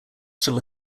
still